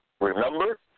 Remember